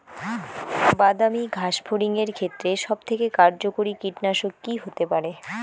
বাদামী গাছফড়িঙের ক্ষেত্রে সবথেকে কার্যকরী কীটনাশক কি হতে পারে?